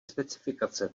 specifikace